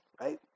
right